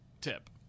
tip